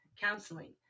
counseling